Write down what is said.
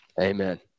Amen